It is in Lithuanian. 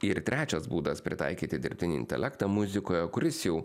ir trečias būdas pritaikyti dirbtinį intelektą muzikoje kuris jau